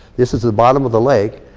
this is the bottom of the lake,